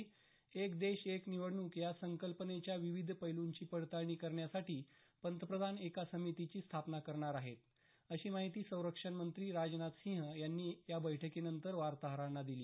एक देश एक निवडणूक या संकल्पनेच्या विविध पैलूंची पडताळणी करण्यासाठी पंतप्रधान एका समितीची स्थापना करणार आहेत अशी माहिती संरक्षणमंत्री राजनाथ सिंह यांनी या बैठकीनंतर वार्ताहरांना दिली